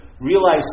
realize